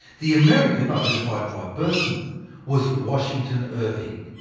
the american identified by burton was washington irving,